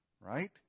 Right